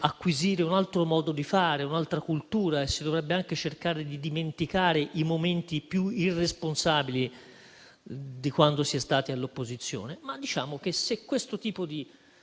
acquisire un altro modo di fare e un'altra cultura e si dovrebbe anche cercare di dimenticare i momenti più irresponsabili di quando si è stati all'opposizione. Se però questo tipo di